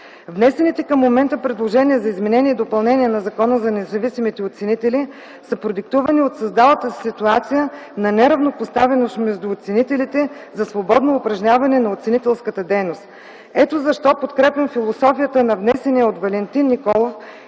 Внесените към момента предложения за изменение и допълнение на Закона за независимите оценители са продиктувани от създалата се ситуация на неравнопоставеност между оценителите за свободно упражняване на оценителската дейност. Ето защо подкрепям философията на внесения от Валентин Николов,